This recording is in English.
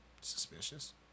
Suspicious